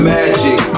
Magic